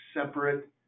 separate